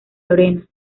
lorena